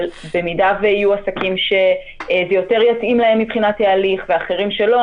אבל במידה ויהיו עסקים שזה יותר יתאים להם מבחינת ההליך ואחרים שלא,